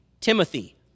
Timothy